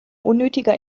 unnötiger